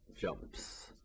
jumps